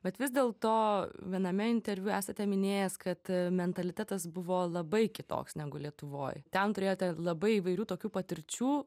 bet vis dėlto viename interviu esate minėjęs kad mentalitetas buvo labai kitoks negu lietuvoj ten turėjote labai įvairių tokių patirčių